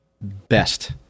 best